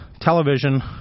television